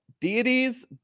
deities